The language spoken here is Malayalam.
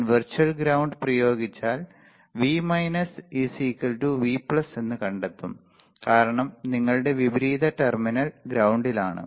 ഞാൻ വിർച്വൽ ഗ്രൌണ്ട് പ്രയോഗിച്ചാൽ V V എന്ന് കണ്ടെത്തും കാരണം നിങ്ങളുടെ വിപരീത ടെർമിനൽ ഗ്രൌണ്ടിലാണ്